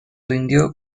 rindió